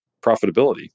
profitability